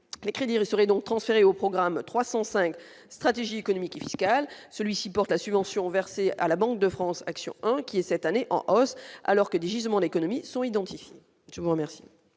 crédible serait donc transférée au programme 305 stratégie économique et fiscal, celui-ci porte la subvention versée à la Banque de France, qui est cette année en hausse alors que les gisements d'économie sont identiques, je vous remercie.